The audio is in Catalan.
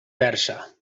persa